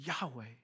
Yahweh